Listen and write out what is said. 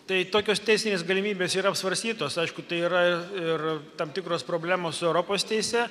tai tokios teisinės galimybės yra apsvarstytos aišku tai yra ir tam tikros problemos su europos teise